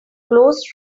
close